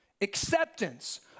acceptance